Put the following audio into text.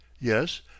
Yes